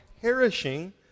perishing